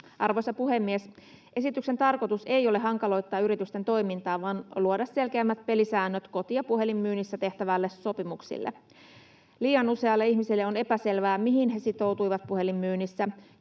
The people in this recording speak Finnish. Arvoisa puhemies! Esityksen tarkoitus ei ole hankaloittaa yritysten toimintaa vaan luoda selkeämmät pelisäännöt koti‑ ja puhelinmyynnissä tehtäville sopimuksille. Liian usealle ihmiselle on epäselvää, mihin he sitoutuivat puhelinmyynnissä,